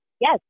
Yes